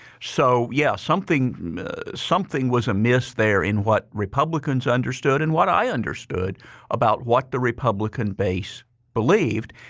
so yeah, something something was amiss there in what republicans understood and what i understood about what the republican base believed.